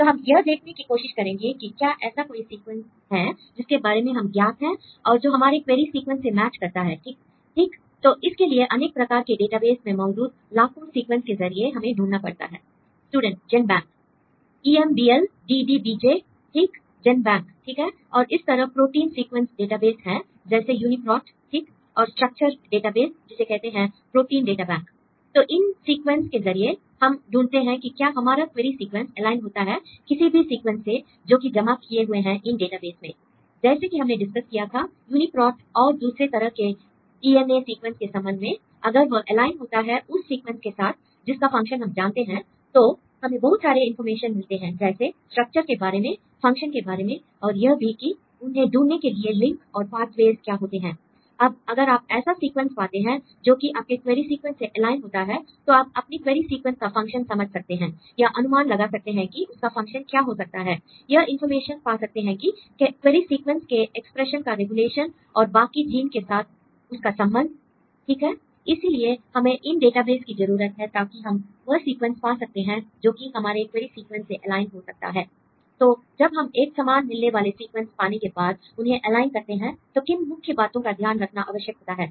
तो हम यह देखने की कोशिश करेंगे कि क्या ऐसा कोई सीक्वेंस है जिसके बारे में हम ज्ञात हैं और जो हमारे क्वेरी सीक्वेंस से मैच करता है ठीक l तो इसके लिए अनेक प्रकार के डेटाबेस में मौजूद लाखों सीक्वेंस के जरिए हमें ढूंढना पड़ता है l student GenBank E M B L D D B J ठीक जेन्बैंक ठीक है और इस तरह प्रोटीन सीक्वेंस डेटाबेस हैं जैसे यूनीप्रोट ठीक और स्ट्रक्चर डेटाबेस जिसे कहते हैं प्रोटीन डेटा बैंक l तो इन सीक्वेंस के जरिए हम ढूंढते हैं कि क्या हमारा क्वेरी सीक्वेंस एलाइन होता है किसी भी सीक्वेंस से जो कि जमा किए हुए हैं इन डेटाबेस में l जैसे कि हमने डिस्कस किया था यूनीप्रोट और दूसरे तरह के डी एन ए सीक्वेंस के संबंध में अगर वह एलाइन होता है उस सीक्वेंस के साथ जिसका फंक्शन हम जानते हैं तो हमें बहुत सारे इंफॉर्मेशन मिलते हैं जैसे स्ट्रक्चर के बारे में फंक्शन के बारे में और यह भी कि उन्हें ढूंढने के लिए लिंक और पाथवेज़ क्या होते हैं l अब अगर आप ऐसा सीक्वेंस पाते हैं जो कि आपके क्वेरी सीक्वेंस से एलाइन होता है तो आप अपनी क्वेरी सीक्वेंस का फंक्शन समझ सकते हैं या अनुमान लगा सकते हैं कि उसका फंक्शन क्या हो सकता है l यह इंफॉर्मेशन पा सकते हैं कि क्वेरी सीक्वेंस के एक्सप्रेशन का रेगुलेशन और बाकी जीन के साथ उसका संबंध ठीक है इसीलिए हमें इन डेटाबेस की जरूरत है ताकि हम वह सीक्वेंस पा सके जो कि हमारे क्वेरी सीक्वेंस से एलाइन हो सकता है l तो जब हम एक समान मिलने वाले सीक्वेंस पाने के बाद उन्हें एलाइन करते हैं तो किन मुख्य बातों का ध्यान रखना आवश्यक होता है